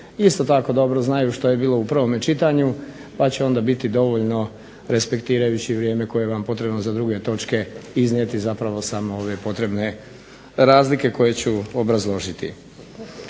isto tako dobro znaju što je bilo u prvome čitanju pa će onda biti dovoljno respektirajući vrijeme koje vam je potrebno za druge točke iznijeti, zapravo samo ove potrebne razlike koje ću obrazložiti.